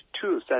two